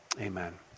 Amen